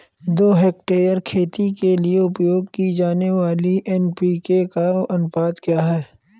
दो हेक्टेयर खेती के लिए उपयोग की जाने वाली एन.पी.के का अनुपात क्या है?